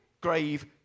Grave